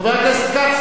חבר הכנסת כץ,